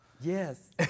Yes